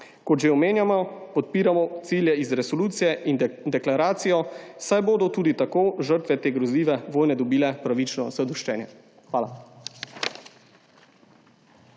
Kot že omenjeno, podpiramo cilje iz resolucije in deklaracijo, saj bodo tudi tako žrtve te grozljive vojne dobile pravično zadoščenje. Hvala.